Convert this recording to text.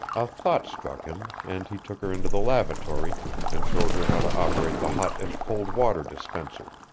a thought struck him, and he took her into the lavatory and showed her how to operate the hot and cold-water dispenser,